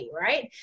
right